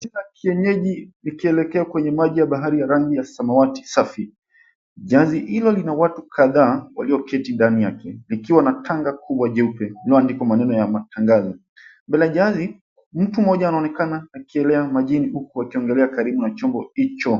Jahazi la kienyeji likielekea kwenye maji ya bahari ya samawati safi. Jahazi hilo lina watu kadhaa walioketi nyuma yake, likiwa na kanga kubwa jeupe lililoandikwa maneno ya matangazo. Mbele ya jahazi, mtu mmoja anaonekana akielea majini huku akiogelea karibu na chombo hicho.